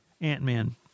Ant-Man